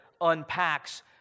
unpacks